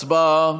הצבעה.